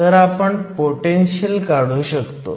तर आपण पोटेनशीयल काढू शकतो